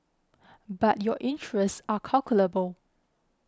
but your interests are calculable